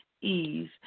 ease